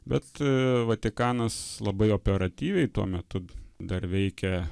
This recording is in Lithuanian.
bet vatikanas labai operatyviai tuo metu dar veikė